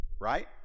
right